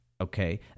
okay